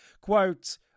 Quote